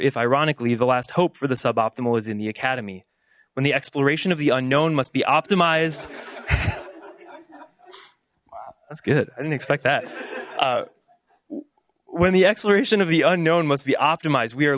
if ironically the last hope for the sub optimal is in the academy when the exploration of the unknown must be optimized that's good i didn't expect that when the exploration of the unknown must be optimized we